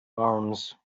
arms